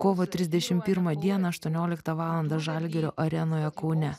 kovo trisdešim pirmą dieną aštuonioliktą valandą žalgirio arenoje kaune